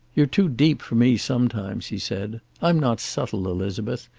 you're too deep for me sometimes, he said. i'm not subtle, elizabeth.